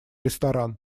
ресторан